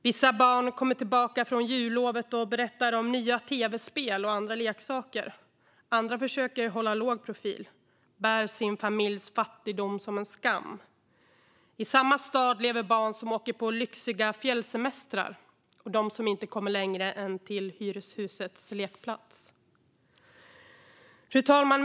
Vissa barn kommer tillbaka från jullovet och berättar om nya tv-spel och andra leksaker. Andra försöker hålla låg profil och bär sin familjs fattigdom som en skam. I samma stad lever barn som åker på lyxiga fjällsemestrar och sådana som inte kommer längre än till hyreshusets lekplats. Fru talman!